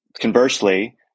Conversely